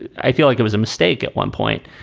i feel like it was a mistake at one point.